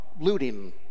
looting